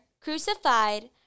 crucified